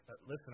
listen